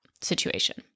situation